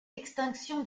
extinction